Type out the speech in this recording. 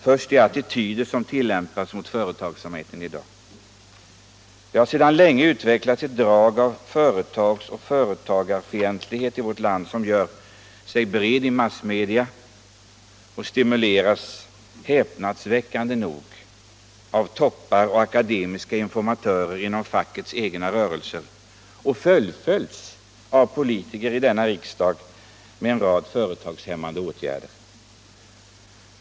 Först de attityder som tillämpas mot företagsamheten i dag. Det har sedan länge utvecklats ett drag av företagsoch företagarfientlighet i vårt land som gör sig bred i massmedia och Allmänpolitisk debatt stimuleras, häpnadsväckande nog, av toppar och akademiska informatörer inom fackets egna rörelser och fullföljs av politiker i denna riksdag med en rad företagshämmande åtgärder.